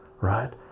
right